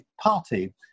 party